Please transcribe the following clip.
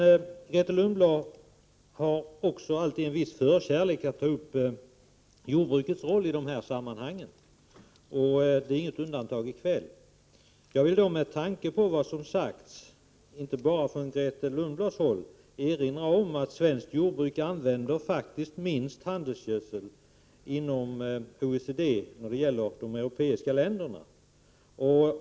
Grethe Lundblad har också en viss förkärlek för att ta upp jordbrukets roll ide här sammanhangen. Hon gör inget undantag i kväll. Jag vill med tanke på det som har sagts, inte bara av Grethe Lundblad, erinra om att svenskt jordbruk faktiskt använder minst handelsgödsel av jordbruken i de europeiska OECD-länderna.